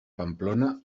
pamplona